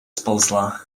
сползла